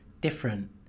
different